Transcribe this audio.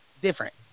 different